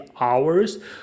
hours